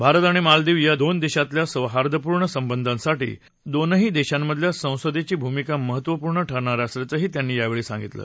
भारत आणि मालदीव या दोन देशांतल्या सौहार्दपूर्ण संबंधांसाठी दोनही देशातल्या संसदेची भूमिका महत्वपूर्ण ठरणार असल्याचंही ते यावेळी म्हणाले